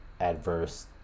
adverse